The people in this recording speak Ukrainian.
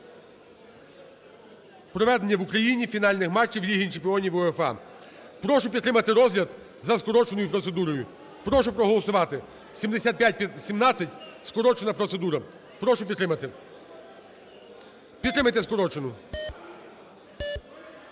проведення в Україні фінальних матчів Ліги чемпіонів УЄФА. Прошу підтримати розгляд за скороченою процедурою. Прошу проголосувати 7517, скорочена процедура прошу підтримати, підтримайте скорочену.